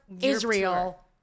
Israel